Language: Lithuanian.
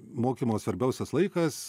mokymo svarbiausias laikas